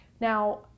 now